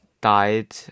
died